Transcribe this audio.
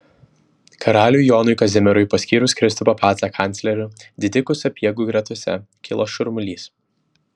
karaliui jonui kazimierui paskyrus kristupą pacą kancleriu didikų sapiegų gretose kilo šurmulys